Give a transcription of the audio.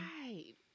Right